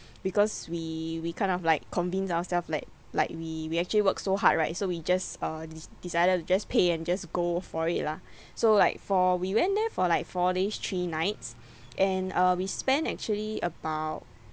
because we we kind of like convinced ourselves like like we we actually worked so hard right so we just uh de~ decided to just pay and just go for it lah so like for we went there for like four days three nights and uh we spent actually about